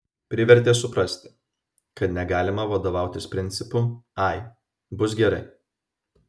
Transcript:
privertė suprasti kad negalima vadovautis principu ai bus gerai